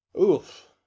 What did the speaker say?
Oof